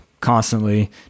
constantly